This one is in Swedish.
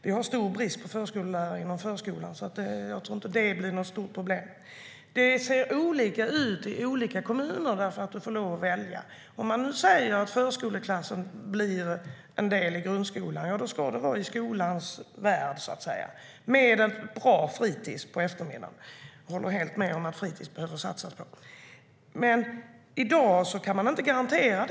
Vi har stor brist på förskollärare inom förskolan, så det blir nog inget stort problem. Det ser olika ut i olika kommuner eftersom man får lov att välja. Om förskoleklassen blir en del av grundskolan ska det vara i skolans värld och med ett bra fritis på eftermiddagen. Jag håller helt med om att det behöver satsas på fritis. I dag kan denna likhet inte garanteras.